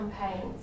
campaigns